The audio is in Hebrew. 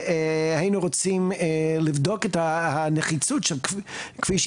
והיינו רוצים לבדוק את הנחיצות של כביש,